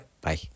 bye